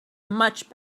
much